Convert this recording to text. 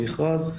המכרז,